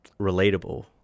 relatable